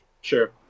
Sure